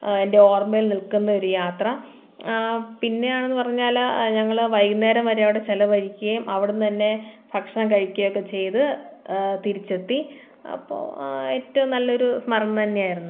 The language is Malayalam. എൻ്റെ ഓർമ്മയിൽ നിൽക്കുന്നൊരു യാത്ര പിന്നെയാണെന്ന് പറഞ്ഞാൽ ഞങ്ങൾ വൈകുന്നേരം വരെ അവിടെ ചിലവഴിക്കുകയും അവിടുന്ന് തന്നെ ഭക്ഷണം കഴിക്കുകയൊക്കെ ചെയ്ത് തിരിച്ചെത്തി അപ്പോൾ ഏറ്റവും നല്ലൊരു സ്മരണ തന്നെയായിരുന്നു അത്